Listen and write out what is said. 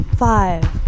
Five